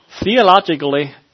theologically